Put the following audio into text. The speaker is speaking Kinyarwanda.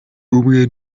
umwe